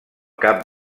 cap